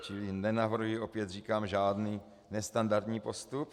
Čili nenavrhuji, opět říkám, žádný nestandardní postup.